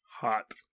Hot